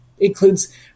includes